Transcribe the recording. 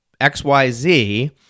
XYZ